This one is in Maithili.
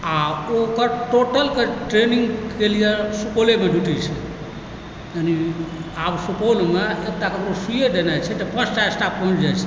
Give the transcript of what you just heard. आओर ओ टोटलकेँ ट्रेनिङ्गके लिए सुपौलेमे ड्यूटी छै यानि आब सुपौलमे एकटा ककरो सुइए देनाइ छै तऽ पाँच टा स्टाफ पहुँचि जाइत छै